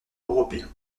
européens